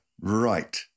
Right